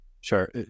Sure